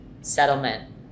settlement